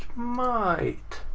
might.